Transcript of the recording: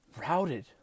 routed